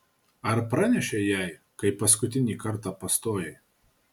ar pranešei jai kai paskutinį kartą pastojai